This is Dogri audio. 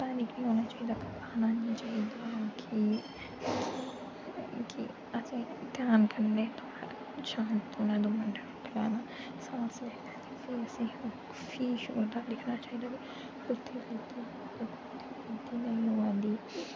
पता केह् होना चाहि्दा घबराना नेईं चाहि्दा कि कि असें ध्यान कन्नै शांत मन कन्नै सोचना चाहिदा फ्ही असें गी फ्ही ध्यान कन्नै दिक्खना चाहि्दा मतलब ओह् आंदी